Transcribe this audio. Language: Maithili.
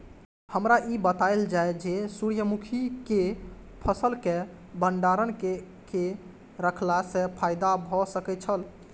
हमरा ई बतायल जाए जे सूर्य मुखी केय फसल केय भंडारण केय के रखला सं फायदा भ सकेय छल?